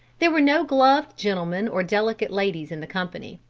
there were no gloved gentlemen or delicate ladies in the company.